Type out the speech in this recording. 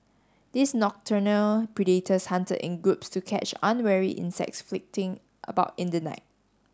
these nocturnal predators hunted in groups to catch unwary insects flitting about in the night